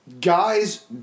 guys